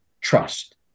trust